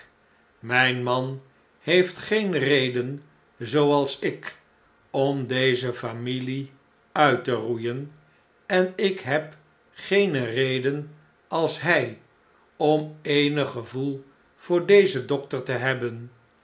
mijn man heeft geen reden zooals ik om deze familie uit te roeien en ik heb geene reden als hij om eenig gevoel voor dezen dokter te hebben